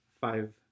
five